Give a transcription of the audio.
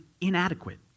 inadequate